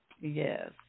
Yes